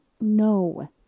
no